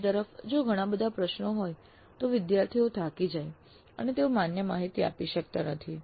બીજી તરફ જો ઘણા બધા પ્રશ્નો હોય તો વિધાર્થીઓ થાકી જાય અને તેઓ માન્ય માહિતી આપી શકતા નથી